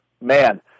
man